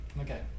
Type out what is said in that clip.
Okay